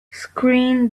screen